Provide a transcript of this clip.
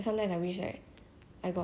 they like 陪伴我 loh when I'm sad